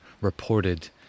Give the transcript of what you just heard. reported